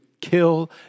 kill